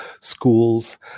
schools